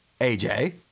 AJ